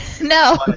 No